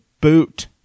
boot